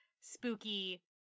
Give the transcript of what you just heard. spooky